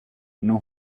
non